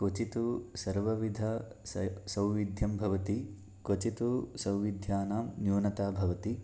क्वचित्तु सर्वविध स् सौविध्यं भवति क्वचित्तु सौविध्यानां न्यूनता भवति